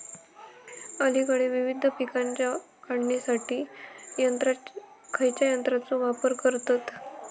अलीकडे विविध पीकांच्या काढणीसाठी खयाच्या यंत्राचो वापर करतत?